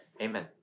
Amen